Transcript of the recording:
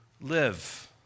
live